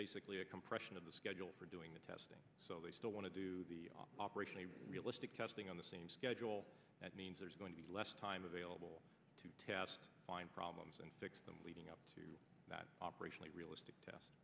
basically a compression of the schedule for doing the testing so they still want to do the operation a realistic testing on the same schedule that means there's going to be less time available to test find problems and fix them leading up to that operationally realistic test